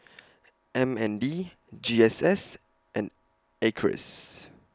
M N D G S S and Acres